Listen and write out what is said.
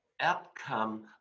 outcome